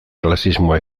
klasismoa